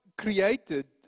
created